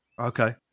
Okay